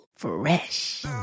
Fresh